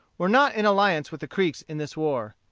were not in alliance with the creeks in this war.